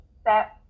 step